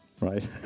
right